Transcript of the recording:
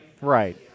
Right